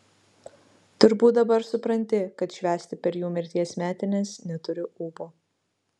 turbūt dabar supranti kad švęsti per jų mirties metines neturiu ūpo